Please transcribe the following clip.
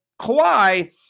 Kawhi